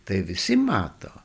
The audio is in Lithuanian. tai visi mato